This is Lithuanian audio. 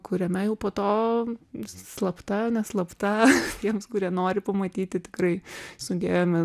kuriame jau po to slapta neslapta tiems kurie nori pamatyti tikrai sudėjome